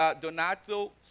Donato